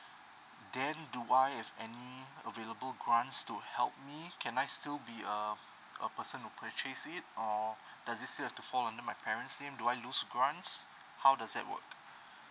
then do I have any available grants to help me can I still be uh a person who purchase it or does it still have to fall under my parents scheme do I lose grants how does that work